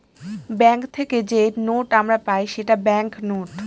bank থেকে যে note আমরা পাই সেটা ব্যাঙ্ক নোট